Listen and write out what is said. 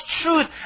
truth